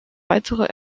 weitere